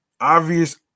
obvious